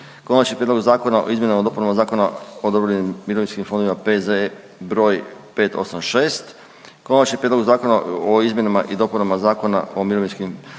Konačni prijedlog zakona o izmjenama i dopunama Zakona o dobrovoljnim mirovinskim fondovima, P.Z.E. br. 586., Konačni prijedlog zakona o izmjenama i dopunama Zakona o mirovinskim